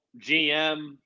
GM